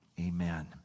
amen